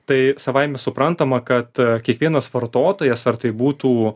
tai savaime suprantama kad kiekvienas vartotojas ar tai būtų